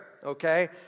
Okay